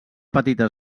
petita